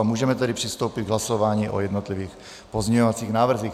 Můžeme tedy přistoupit k hlasování o jednotlivých pozměňovacích návrzích.